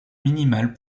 minimal